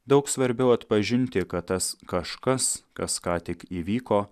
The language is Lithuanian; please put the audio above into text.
daug svarbiau atpažinti kad tas kažkas kas ką tik įvyko